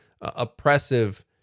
oppressive